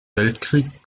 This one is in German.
weltkrieg